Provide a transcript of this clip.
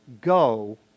go